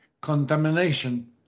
contamination